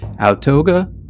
Autoga